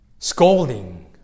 Scolding